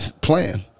Plan